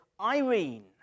irene